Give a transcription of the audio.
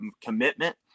commitment